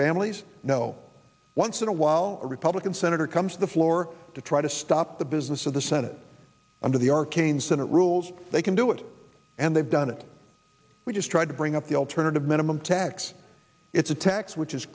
families no once in a while a republican senator comes to the floor to try to stop the business of the senate under the arcane senate rules they can do it and they've done it we just tried to bring up the alternative minimum tax it's a tax which is